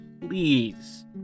please